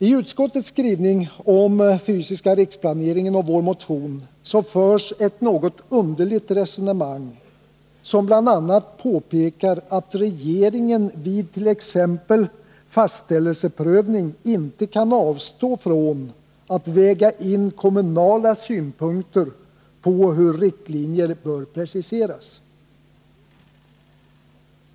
IT utskottets skrivning om den fysiska riksplaneringen och vår motion förs ett något underligt resonemang, där det bl.a. påpekas att regeringen vid t. ex fastställelseprövning inte kan avstå från att väga in kommunala synpunkter på hur riktlinjer bör preciseras.